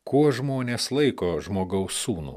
kuo žmonės laiko žmogaus sūnų